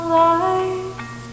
life